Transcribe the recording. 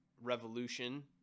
revolution